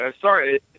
sorry –